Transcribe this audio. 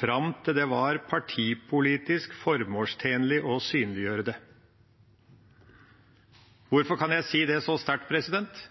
fram til det var partipolitisk formålstjenlig å synliggjøre dem. Hvorfor kan jeg si det så sterkt?